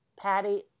Patty